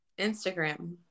instagram